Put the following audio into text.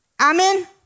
Amen